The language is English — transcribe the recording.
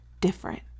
different